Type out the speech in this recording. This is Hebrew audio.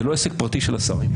זה לא עסק פרטי של השר.